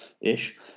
ish